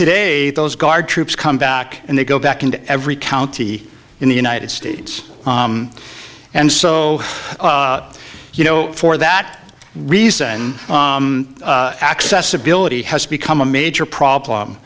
today those guard troops come back and they go back into every county in the united states and so you know for that reason accessibility has become a major problem